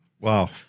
Wow